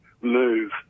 Move